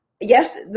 yes